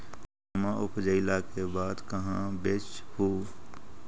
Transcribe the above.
धनमा उपजाईला के बाद कहाँ बेच हू?